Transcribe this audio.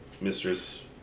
mistress